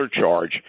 charge